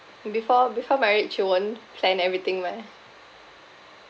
before before marriage you won't plan everything meh